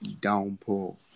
downpour